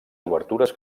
obertures